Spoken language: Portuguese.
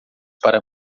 para